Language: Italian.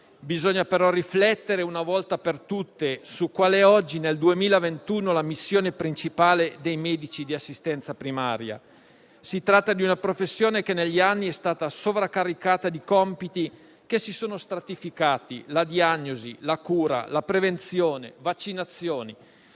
bisogna però riflettere, una volta per tutte, su quale è oggi nel 2021 la missione principale dei medici di assistenza primaria. Si tratta di una professione che negli anni è stata sovraccaricata di compiti che si sono stratificati (la diagnosi, la cura, la prevenzione, le vaccinazioni,